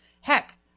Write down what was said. Heck